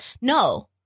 no